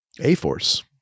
A-Force